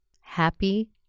Happy